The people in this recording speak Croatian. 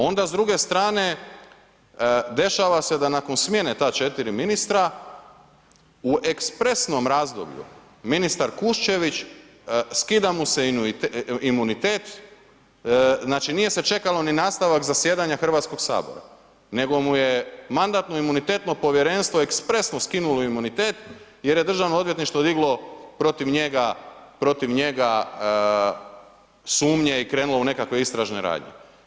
Onda s druge strane, dešava se da nakon smjene ta četiri ministra u ekspresnom razdoblju ministar Kuščević, skida mu se imunitet, znači nije se čekalo ni nastavak zasjedanja Hrvatskoga sabora nego mu je Mandatno-imunitetno povjerenstvo ekspresno skinulo imunitet jer je Državno odvjetništvo diglo protiv njega sumnje i krenulo u nekakve istražne radnje.